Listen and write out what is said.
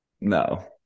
no